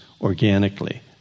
organically